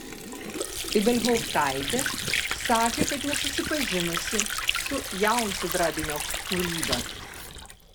ibelhauptaitė sakė kad nesusipažinusi su jaunsudrabinio kūryba